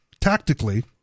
Tactically